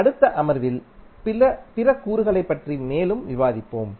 அடுத்த அமர்வில் பிற கூறுகளைப் பற்றி மேலும் விவாதிப்போம்